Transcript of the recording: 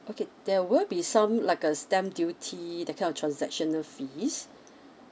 okay there will be some like uh stamp duty that kind of transactional fees